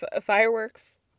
fireworks